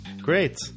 Great